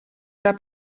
era